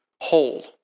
hold